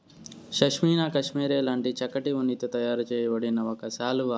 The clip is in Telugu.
పష్మీనా కష్మెరె లాంటి చక్కటి ఉన్నితో తయారు చేయబడిన ఒక శాలువా